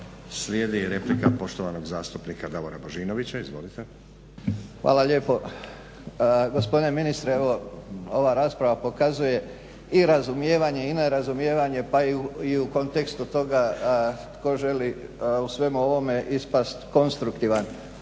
Slijedi replika poštovanog zastupnika Davora Božinovića. Izvolite. **Božinović, Davor (HDZ)** Hvala lijepo. Gospodine ministre ova rasprava pokazuje i razumijevanje i nerazumijevanje pa i u kontekstu toga tko želi u svemu ovome ispasti konstruktivan.